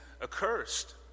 accursed